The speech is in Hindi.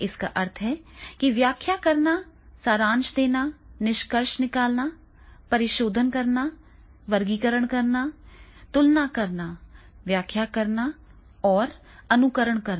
इसका अर्थ है कि व्याख्या करना सारांश देना निष्कर्ष निकालना परिशोधन करना वर्गीकरण करना तुलना करना व्याख्या करना और अनुकरण करना